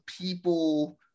people